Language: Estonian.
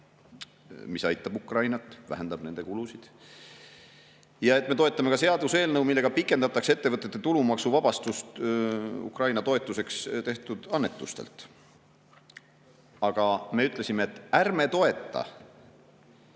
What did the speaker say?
mis aitab Ukrainat ja vähendab nende kulusid. Me toetame ka seaduseelnõu, millega pikendatakse ettevõtete tulumaksuvabastust Ukraina toetuseks tehtud annetuste puhul. Aga me ütlesime, et ärme liigu